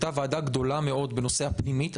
הייתה ועדה גדולה מאוד בנושא הפנימית.